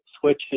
switches